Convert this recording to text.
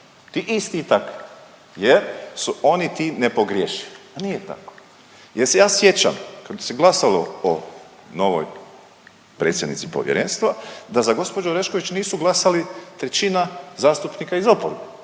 ti isti i takvi jer su oni ti nepogrješivi. Pa nije tako jer se ja sjećam kad se glasalo o novoj predsjednici povjerenstva, da za gđu Oreškoviću nisu glasali trećina zastupnika iz oporba,